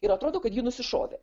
ir atrodo kad ji nusišovė